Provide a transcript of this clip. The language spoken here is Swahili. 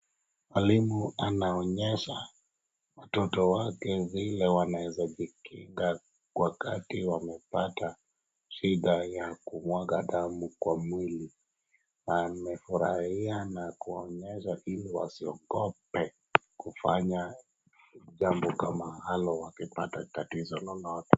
Mwalimu anaonyesha watoto wake vile wanaweza kujikinga wakati wamepata shida ya kumwaga damu kwa mwili. Amefurahia na kuonyesha vile wasiogope kufanya jambo kama hayo wakipata tatizo lolote.